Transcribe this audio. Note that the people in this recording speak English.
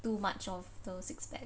too much of those six pack